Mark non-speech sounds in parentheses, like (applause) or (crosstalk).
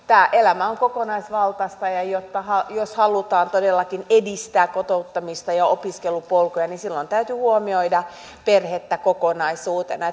tämä elämä on kokonaisvaltaista ja jos halutaan todellakin edistää kotouttamista ja opiskelupolkuja silloin täytyy huomioida perhettä kokonaisuutena (unintelligible)